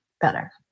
better